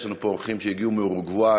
יש לנו פה אורחים שהגיעו מאורוגוואי,